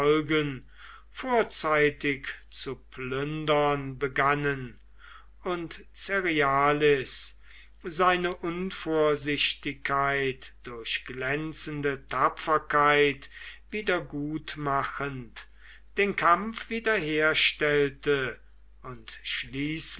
vorzeitig zu plündern begannen und cerialis seine unvorsichtigkeit durch glänzende tapferkeit wiedergutmachend den kampf wiederherstellte und